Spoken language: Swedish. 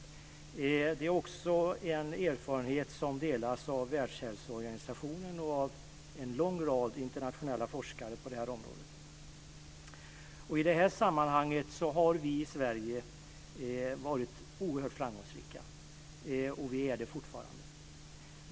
Det är också en erfarenhet som delas av Världshälsoorganisationen och av en lång rad internationella forskare på området. I detta sammanhang har vi varit oerhört framgångsrika i Sverige, och vi är det fortfarande.